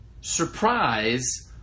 surprise